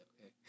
Okay